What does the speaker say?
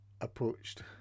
approached